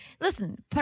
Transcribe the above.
Listen